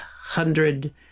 hundred